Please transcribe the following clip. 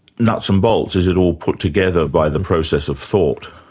nuts and bolts? is it all put together by the process of thought?